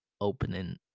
opening